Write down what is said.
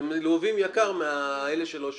אתם גובים יקר מאלה שלא שילמו.